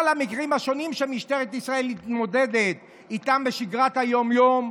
המקרים השונים שמשטרת ישראל נדרשת להתמודד איתם בשגרת היום-יום,